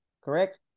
correct